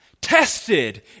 tested